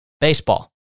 Baseball